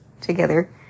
together